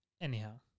Anyhow